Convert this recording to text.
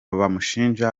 bamushinja